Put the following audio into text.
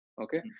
okay